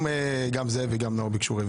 גם זאב וגם נאור ביקשו רוויזיה.